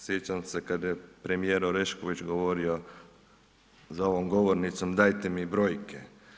Sjećam se kada je premijer Orešković govorio za ovom govornicom dajte mi brojke.